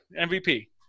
MVP